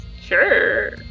Sure